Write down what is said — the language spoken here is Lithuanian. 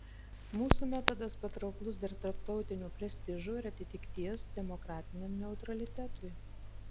mūsų metodas patrauklus dėl tarptautinio prestižo ir atitikties demokratiniam neutralitetui